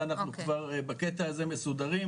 ואנחנו כבר בקטע הזה מסודרים.